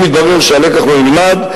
אם יתברר שהלקח לא נלמד,